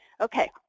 Okay